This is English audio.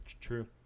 true